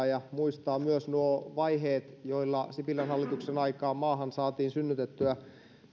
ja muistaa myös nuo vaiheet joilla sipilän hallituksen aikaan maahan saatiin synnytettyä